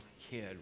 kid